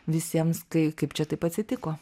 visiems kai kaip čia taip atsitiko